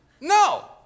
No